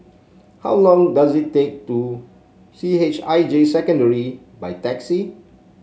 how long does it take to C H I J Secondary by taxi